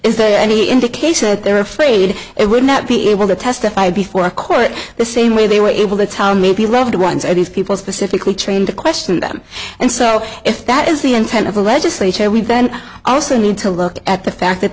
indication that they're afraid it would not be able to testify before a court the same way they were able to tell maybe loved ones or these people specifically trained to question them and so if that is the intent of the legislature we then also need to look at the fact that